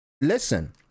listen